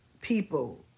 people